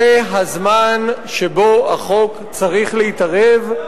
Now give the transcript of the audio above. זה הזמן שבו החוק צריך להתערב.